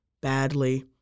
badly